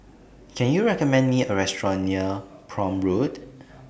Can YOU recommend Me A Restaurant near Prome Road